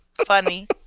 funny